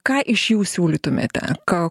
ką iš jų siūlytumėte ką